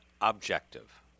objective